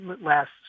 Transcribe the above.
last